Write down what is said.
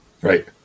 Right